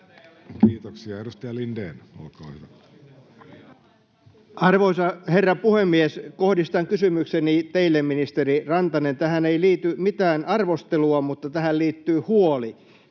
Kiitoksia. — Edustaja Lindén, olkaa hyvä. Arvoisa herra puhemies! Kohdistan kysymykseni teille, ministeri Rantanen. Tähän ei liity mitään arvostelua, mutta tähän liittyy huoli.